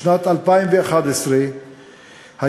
בשנת 2011 היה